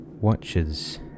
watches